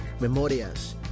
memorias